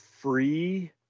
free